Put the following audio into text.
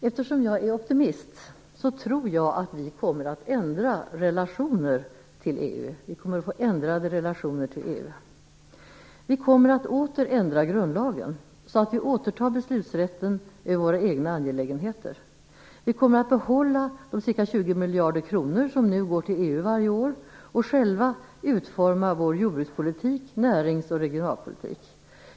Eftersom jag är optimist tror jag att vi kommer att få ändrade relationer till EU. Vi kommer att åter ändra grundlagen så att vi återtar beslutsrätten över våra egna angelägenheter. Vi kommer att behålla de ca 20 miljarder kronor som nu går till EU varje år och själva utforma vår jordbruks-, näringsoch regionalpolitik.